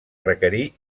requerir